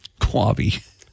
Quavi